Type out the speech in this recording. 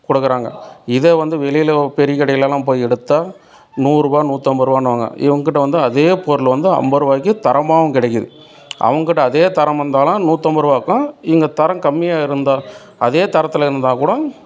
கொடுக்குறாங்க இதே வந்து வெளியில பெரிய கடையிலலாம் போய் எடுத்தால் நூறுரூபா நூத்தம்பதுரூவானுவாங்க இவங்ககிட்ட வந்து அதே பொருள் வந்து அம்பதுரூவாய்க்கு தரமாவும் கிடைக்குது அவங்ககிட்ட அதே தரம் இருந்தாலும் நூற்றம்பதுரூவாக்கும் இவங்க தரம் கம்மியாக இருந்தால் அதே தரத்தில் இருந்தால் கூடம்